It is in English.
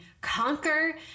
conquer